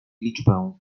liczbę